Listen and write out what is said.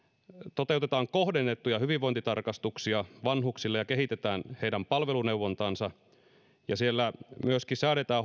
toteutetaan kohdennettuja hyvinvointitarkastuksia vanhuksille ja kehitetään heidän palveluneuvontaansa myöskin säädetään